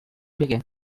бирә